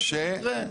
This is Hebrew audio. עד שזה יקרה.